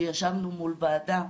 שישבנו מול וועדה,